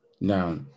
Now